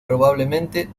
probablemente